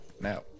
Now